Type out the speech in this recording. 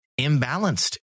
imbalanced